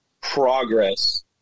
progress